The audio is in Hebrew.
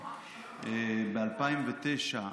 ב-2009,